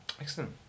Excellent